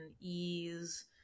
ease